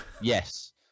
Yes